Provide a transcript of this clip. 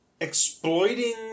exploiting